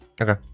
Okay